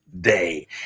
day